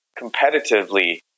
competitively